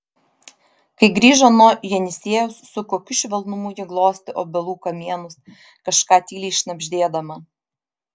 kai grįžo nuo jenisejaus su kokiu švelnumu ji glostė obelų kamienus kažką tyliai šnabždėdama